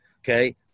Okay